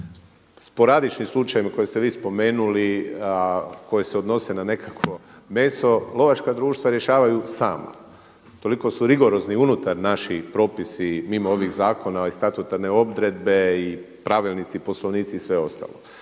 Sporadični slučaj koje ste vi spomenuli, a koje se odnose na nekakvo meso lovačka društva rješavaju sama. Toliko su rigorozni unutar naši propisi mimo ovih zakona i statutarne odredbe i pravilnici i poslovnici i sve ostalo.